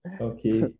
Okay